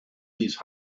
these